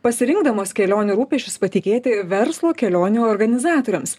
pasirinkdamos kelionių rūpesčius patikėti verslo kelionių organizatoriams